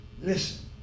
listen